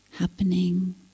happening